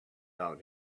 out